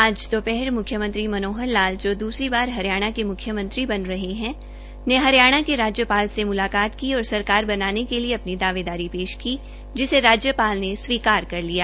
आज दोपहर मुख्य मंत्री जो दुसरी बार हरियाणा के मुख्यमंत्री बन रहे है ने हरियाणा के राज्यपाल से मुलाकात की और सरकार बनाने के लिए अपनी दावेदारी पेश की जिसे राज्यपाल पे स्वीकार कर लिया